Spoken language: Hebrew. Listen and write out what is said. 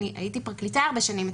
הייתי פרקליטה הרבה שנים.